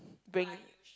bring